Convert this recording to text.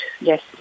Yes